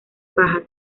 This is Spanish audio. paja